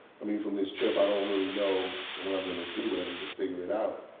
i mean from this trip, i don't really know what i'm going to do and to figure it out.